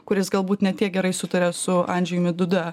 kuris galbūt ne tiek gerai sutaria su andžejumi duda